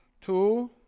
Two